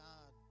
God